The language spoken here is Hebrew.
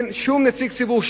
אין שום נציג ציבור,